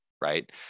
right